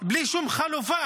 בלי שום חלופה,